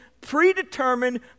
predetermined